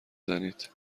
زنید